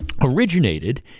originated